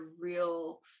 real